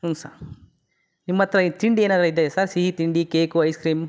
ಹ್ಞೂ ಸರ್ ನಿಮ್ಮ ಹತ್ತಿರ ಈಗ ತಿಂಡಿ ಏನಾರು ಇದೆಯಾ ಸರ್ ಸಿಹಿ ತಿಂಡಿ ಕೇಕು ಐಸ್ಕ್ರೀಂ